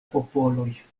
popoloj